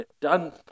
done